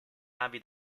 navi